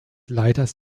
leiters